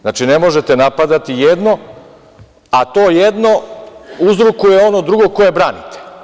Znači, ne možete napadati jedno, a to jedno uzrokuje ono drugo koje branite.